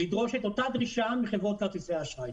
לדרוש את אותה דרישה מחברות כרטיסי האשראי.